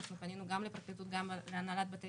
אנחנו פנינו גם לפרקליטות וגם להנהלת בתי